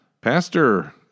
pastor